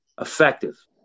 effective